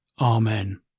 Amen